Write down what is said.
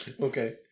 Okay